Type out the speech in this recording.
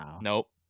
Nope